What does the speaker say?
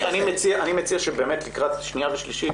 אני מציע שלקראת קריאה שנייה ושלישית,